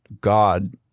God